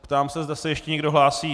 Ptám se, zda se ještě někdo hlásí.